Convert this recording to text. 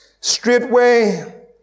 straightway